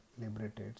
liberated